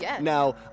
Now